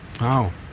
Wow